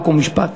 חוק ומשפט.